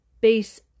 base